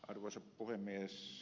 arvoisa puhemies